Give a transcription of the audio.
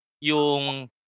yung